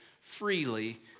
freely